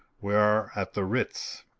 we are at the ritz.